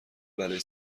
بلایی